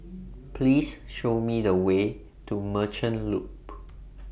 Please Show Me The Way to Merchant Loop